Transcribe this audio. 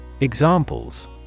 Examples